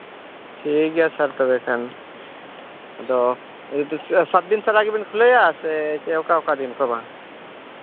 ᱴᱷᱤᱠ ᱜᱮᱭᱟ ᱥᱟᱨ ᱛᱚᱵᱮ ᱠᱷᱟᱱ ᱟᱫᱚ ᱥᱟᱛ ᱫᱤᱱ ᱠᱷᱚᱱᱟᱜ ᱜᱮᱵᱤᱱ ᱠᱷᱩᱞᱟᱹᱣᱮᱫᱼᱟ ᱥᱮ ᱚᱠᱟ ᱚᱠᱟ ᱫᱤᱱ ᱚᱠᱟ ᱵᱟᱨ